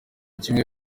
kimwe